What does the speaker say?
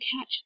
catch